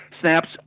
snaps